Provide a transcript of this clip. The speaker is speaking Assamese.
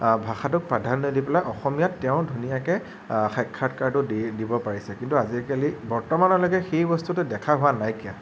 ভাষাটোক প্ৰধান্য দি পেলাই অসমীয়াত তেওঁ ধুনীয়াকে সাক্ষাৎকাৰটো দি দিব পাৰিছে কিন্তু আজিকালি বৰ্তমানলৈকে সেই বস্তুটো দেখা হোৱা নাইকিয়া